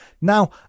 Now